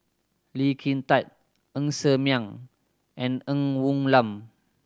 Lee Kin Tat Ng Ser Miang and Ng Woon Lam